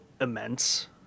immense